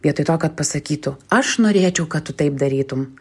vietoj to kad pasakytų aš norėčiau kad tu taip darytum